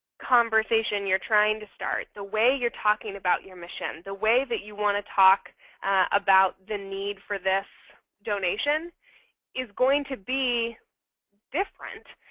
conversation you're trying to start, the way you're talking about your mission, the way that you want to talk about the need for this donation is going to be different.